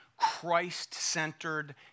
Christ-centered